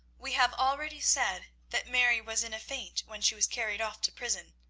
we have already said that mary was in a faint when she was carried off to prison.